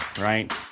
right